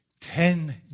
Ten